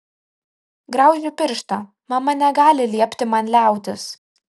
graužiu pirštą mama negali liepti man liautis